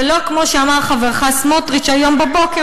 ולא כמו שאמר חברך סמוטריץ היום בבוקר,